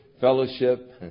fellowship